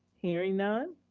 hearing none.